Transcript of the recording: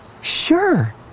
Sure